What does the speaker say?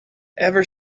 ever